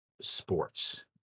sports